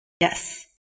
Yes